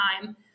time